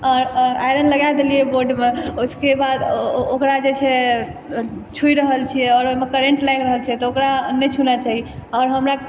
iron लगाए देलियए बोर्डमे उसके बाद ओकरा जे छै छू रहल छियै आओर ओहिमे कर्रेंट लागि रहल छै तऽ ओकरा नहि छूना चाही आओर हमरा